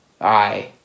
Aye